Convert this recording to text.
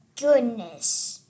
goodness